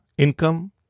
income